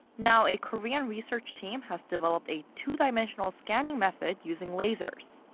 now, a korean research team has developed a two-dimensional scanning method using lasers.